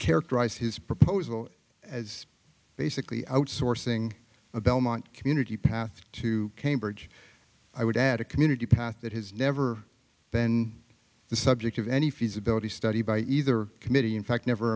characterize his proposal as basically outsourcing a belmont community path to cambridge i would add a community path that has never been the subject of any feasibility study by either committee in fact never